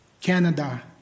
Canada